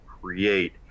create